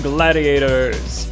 Gladiators